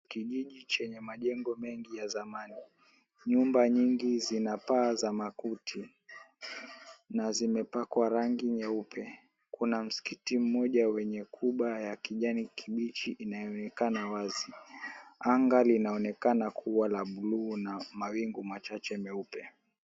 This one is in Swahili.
Kijiji chenye majengo mingi ya zamani. Nyumba nyingi zina paa za makuti na zimepakwa rangi nyeupe. Kuna msikiti mmoja wenye kuba ya kijani kibichi inayoonekana wazi. Anga linaonekana kuwa la blue na mawingu machache meupe.